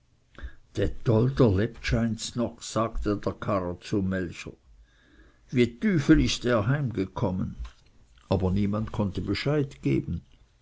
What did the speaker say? lebt scheints noch sagte der karrer zum melcher wie tüfel ist der heimgekommen aber niemand konnte bescheid geben